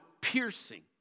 piercing